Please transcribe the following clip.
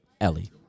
ellie